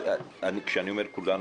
כשאני אומר "כולנו",